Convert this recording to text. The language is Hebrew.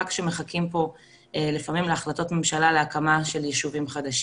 רק שמחכים פה לפעמים להחלטות ממשלה על הקמה של יישובים חדשים.